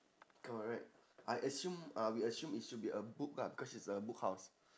correct I assume uh we assume it should be a book ah cause it's a book house